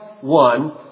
one